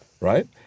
Right